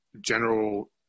general